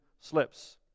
slips